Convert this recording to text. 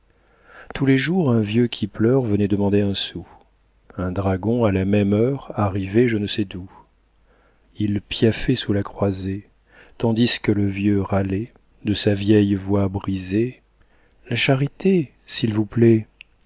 tous les jours un vieux qui pleure venait demander un sou un dragon à la même heure arrivait je ne sais d'où il piaffait sous la croisée tandis que le vieux râlait de sa vieille voix brisée la charité s'il vous plaît